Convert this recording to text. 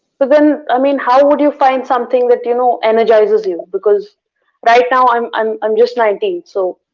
but then, i mean how would you find something that you know energizes you? because right now i'm i'm um just nineteen. so,